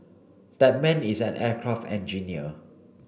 that man is an aircraft engineer